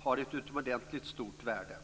har ett utomordentligt stort värde.